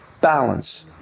balance